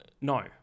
No